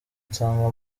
nsanga